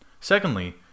Secondly